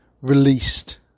released